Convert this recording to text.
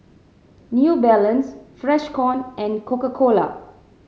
New Balance Freshkon and Coca Cola